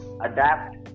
Adapt